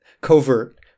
covert